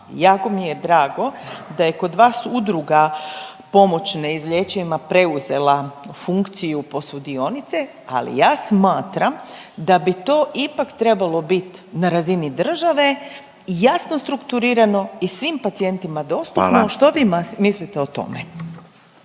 jako mi je drago je kod vas udruga pomoć neizlječivima preuzela funkciju posudionice, ali ja smatram da bi to ipak trebalo bit na razini države, jasno strukturirano i svim pacijentima dostupno. …/Upadica Radin: